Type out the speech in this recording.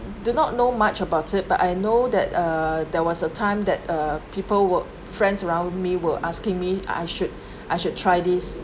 I do not know much about it but I know that err there was a time that uh people were friends around me were asking me I should I should try this